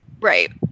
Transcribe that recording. right